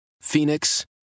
Phoenix